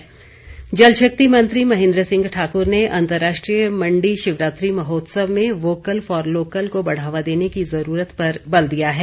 शिवरात्रि महोत्सव जलशक्ति मंत्री महेन्द्र सिंह ठाकुर ने अंतर्राष्ट्रीय मण्डी शिवरात्रि महोत्सव में वोकल फॉर लोकल को बढ़ावा देने की ज़रूरत पर बल दिया है